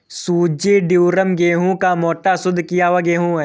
सूजी ड्यूरम गेहूं का मोटा, शुद्ध किया हुआ गेहूं है